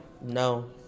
No